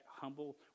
humble